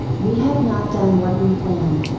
we have not done what we planned,